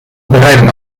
bereidden